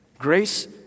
Grace